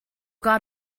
got